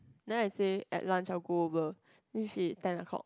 then I say at lunch I'll go over then she ten o-clock